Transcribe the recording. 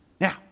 Now